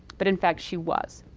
but in fact she was,